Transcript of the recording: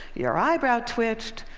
your eyebrow twitched.